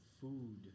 food